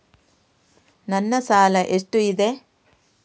ನನ್ನ ಸಾಲ ಎಷ್ಟು ಇದೆ?